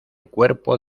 cuerpo